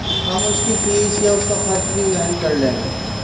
ہم اس کی فیس یا اس کا خرچ بھی وہن کر لیں گے